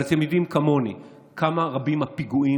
אבל אתם יודעים כמוני כמה רבים הפיגועים